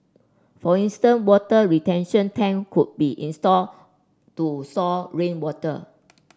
for instance water retention tank could be installed to store rainwater